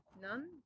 none